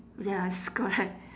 ya it's correct